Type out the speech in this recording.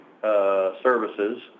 services